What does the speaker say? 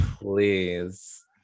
Please